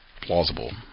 plausible